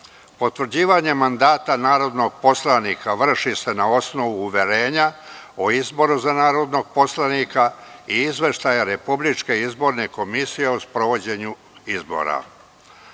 poslanika. Potvrđivanje mandata narodnih poslanika vrši se na osnovu uverenja o izboru za narodnog poslanika i izveštaja Republičke izborne komisije o sprovedenim